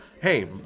hey